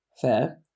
Fair